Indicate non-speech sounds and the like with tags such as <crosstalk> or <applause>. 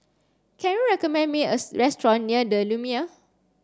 can you recommend me a <unintelligible> restaurant near The Lumiere